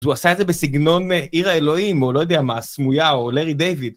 אז הוא עשה את זה בסגנון עיר האלוהים, או לא יודע מה, סמויה, או לארי דויד.